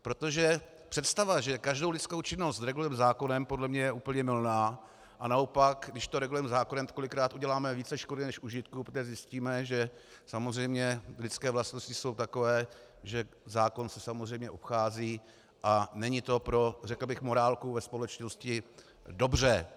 Protože představa, že každou lidskou činnost regulujeme zákonem, podle mě je úplně mylná, a naopak když to regulujeme zákonem, tak kolikrát uděláme více škody než užitku, protože zjistíme, že samozřejmě lidské vlastnosti jsou takové, že zákon se samozřejmě obchází a není to pro, řekl bych, morálku ve společnosti dobře.